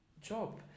job